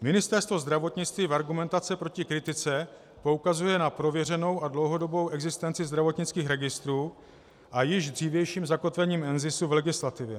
Ministerstvo zdravotnictví v argumentaci proti kritice poukazuje na prověřenou a dlouhodobou existenci zdravotnických registrů a již dřívější zakotvení NZISu v legislativě.